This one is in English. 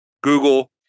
Google